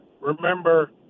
Remember